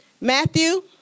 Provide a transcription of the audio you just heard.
Matthew